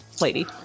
lady